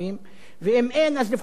ואם אין, אז לפחות תחבורה,